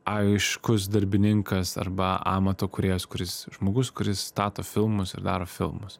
aiškus darbininkas arba amato kūrėjas kuris žmogus kuris stato filmus ir daro filmus